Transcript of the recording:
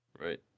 Right